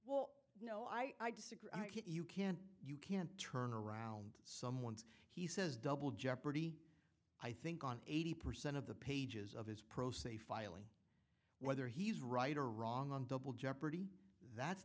well no i disagree that you can't you can't turn around someone's he says double jeopardy i think on eighty percent of the pages of his pro se filing whether he's right or wrong on double jeopardy that's